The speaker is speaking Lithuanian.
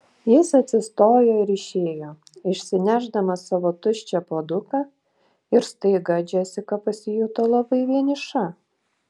jis atsistojo ir išėjo išsinešdamas savo tuščią puoduką ir staiga džesika pasijuto labai vieniša